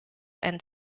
and